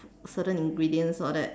certain ingredients all that